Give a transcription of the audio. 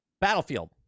Battlefield